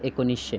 एकोणीसशे